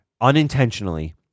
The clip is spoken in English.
unintentionally